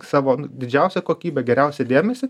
savo didžiausią kokybę geriausią dėmesį